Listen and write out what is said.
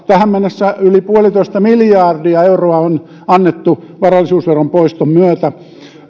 tähän mennessä yli puolitoista miljardia euroa on annettu varallisuusveron poiston myötä